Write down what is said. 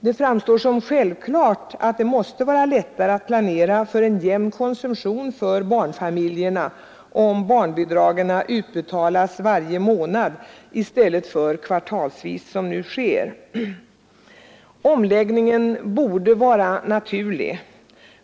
Det framstår som självklart att det för barnfamiljerna måste vara lättare att planera för en jämn konsumtion om barnbidragen utbetalas varje månad i stället för kvartalsvis, som nu sker. Omläggningen borde vara naturlig.